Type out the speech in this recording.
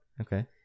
Okay